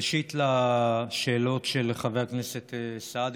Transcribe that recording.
ראשית, לשאלות של חבר הכנסת סעדי.